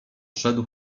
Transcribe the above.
szedł